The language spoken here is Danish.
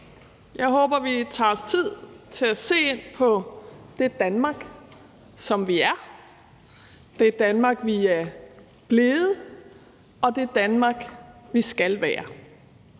Jeg håber, vi tager os tid til at se ind på det Danmark, som vi er, som det Danmark, vi er blevet, og det Danmark, vi skal være,